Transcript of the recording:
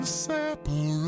separate